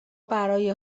برای